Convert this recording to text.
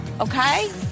okay